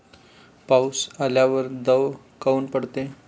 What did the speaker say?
पाऊस आल्यावर दव काऊन पडते?